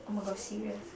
oh-my-god serious